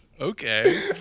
Okay